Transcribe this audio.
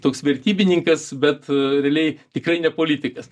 toks vertybininkas bet a realiai tikrai ne politikas